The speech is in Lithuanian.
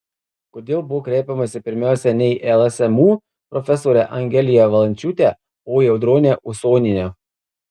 kodėl buvo kreipiamasi pirmiausia ne į lsmu profesorę angeliją valančiūtę o į audronę usonienę